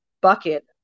bucket